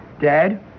Dad